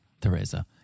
Teresa